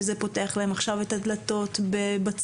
וזה פותח להם עכשיו את הדלתות בצבא,